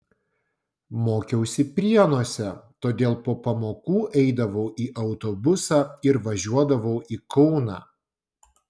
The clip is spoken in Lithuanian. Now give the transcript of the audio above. mokiausi prienuose todėl po pamokų eidavau į autobusą ir važiuodavau į kauną